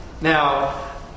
Now